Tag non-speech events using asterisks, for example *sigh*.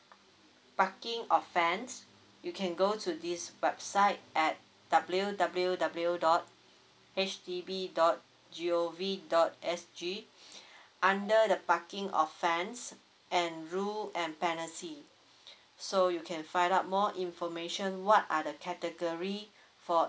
parking offence you can go to this website at W W W dot H D B dot G O V dot S_G *breath* under the parking offence and rule and penalty *breath* so you can find out more information what are the category *breath* for